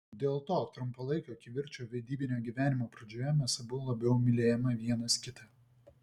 dėl to trumpalaikio kivirčo vedybinio gyvenimo pradžioje mes abu labiau mylėjome vienas kitą